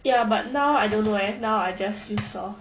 ya but now I don't know eh now I just use lor